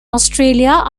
australia